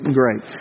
great